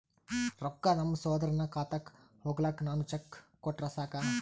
ರೊಕ್ಕ ನಮ್ಮಸಹೋದರನ ಖಾತಕ್ಕ ಹೋಗ್ಲಾಕ್ಕ ನಾನು ಚೆಕ್ ಕೊಟ್ರ ಸಾಕ್ರ?